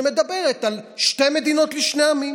שמדברת על שתי מדינות לשני עמים,